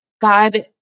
God